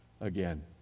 again